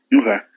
Okay